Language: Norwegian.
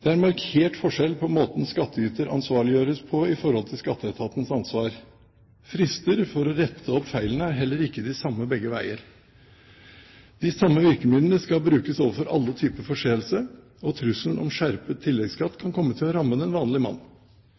Det er en markert forskjell på måten skattyter ansvarliggjøres på i forhold til Skatteetatens ansvar. Frister for å rette opp feilene er heller ikke de samme begge veier. De samme virkemidlene skal brukes overfor alle typer forseelse, og trusselen om skjerpet tilleggsskatt kan komme til å ramme den vanlige mann.